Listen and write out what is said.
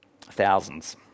thousands